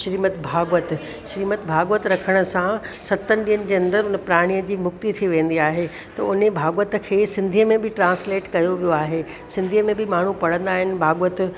श्रीमद भाॻवत श्रीमद भाॻवत रखण सां सतनि ॾींहंनि जे अंदरि उन प्रणीअ जी मुक्ति थी वेंदी आहे त उने भाॻवत खे सिंधीअ में बि ट्रांस्लेट कयो वियो आहे सिंधीअ में बि माण्हूं पढ़ंदा आहिनि भाॻवत